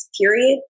Period